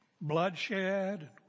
bloodshed